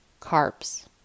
carbs